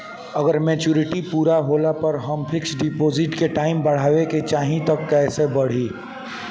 अगर मेचूरिटि पूरा होला पर हम फिक्स डिपॉज़िट के टाइम बढ़ावे के चाहिए त कैसे बढ़ी?